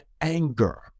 anger